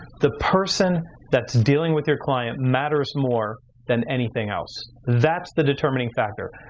the person that's dealing with your client matters more than anything else. that's the determining factor.